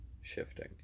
shifting